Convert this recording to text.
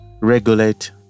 regulate